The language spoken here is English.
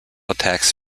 attacks